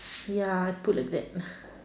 ya put like that